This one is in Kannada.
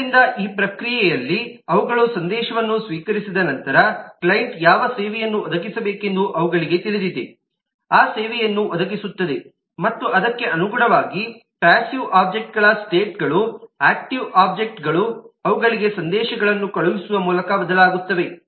ಆದ್ದರಿಂದ ಈ ಪ್ರಕ್ರಿಯೆಯಲ್ಲಿ ಅವುಗಳು ಸಂದೇಶವನ್ನು ಸ್ವೀಕರಿಸಿದ ನಂತರ ಕ್ಲೈಂಟ್ಗೆ ಯಾವ ಸೇವೆಯನ್ನು ಒದಗಿಸಬೇಕೆಂದು ಅವುಗಳಿಗೆ ತಿಳಿದಿದೆ ಆ ಸೇವೆಯನ್ನು ಒದಗಿಸುತ್ತದೆ ಮತ್ತು ಅದಕ್ಕೆ ಅನುಗುಣವಾಗಿ ಪಾಸ್ಸಿವ್ ಒಬ್ಜೆಕ್ಟ್ಗಳ ಸ್ಟೇಟ್ಗಳು ಆಕ್ಟಿವ್ ಒಬ್ಜೆಕ್ಟ್ಗಳು ಅವುಗಳಿಗೆ ಸಂದೇಶಗಳನ್ನು ಕಳುಹಿಸುವ ಮೂಲಕ ಬದಲಾಗುತ್ತವೆ